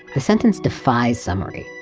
the sentence defies summary,